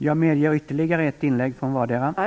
Jag medger ytterligare ett inlägg från vardera talaren.